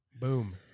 boom